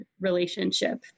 relationship